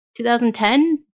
2010